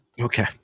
Okay